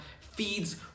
feeds